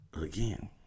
again